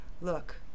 look